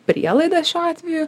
prielaida šiuo atveju